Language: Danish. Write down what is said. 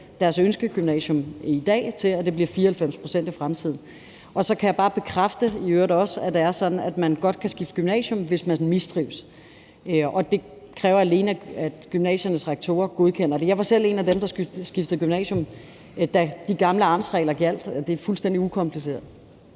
deres ønskegymnasium, til, at det bliver 94 pct. i fremtiden. Så kan jeg i øvrigt også bare bekræfte, at det er sådan, at man godt kan skifte gymnasium, hvis man mistrives. Det kræver alene, at gymnasiernes rektorer godkender det. Jeg var selv en af dem, der skiftede gymnasium, da de gamle amtsregler gjaldt, og det er fuldstændig ukompliceret.